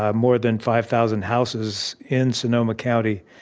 ah more than five thousand houses in sonoma county.